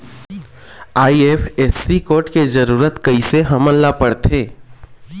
IFSC code के जरूरत कैसे हमन ला पड़थे?